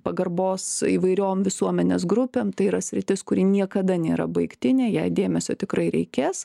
pagarbos įvairiom visuomenės grupėm tai yra sritis kuri niekada nėra baigtinė jai dėmesio tikrai reikės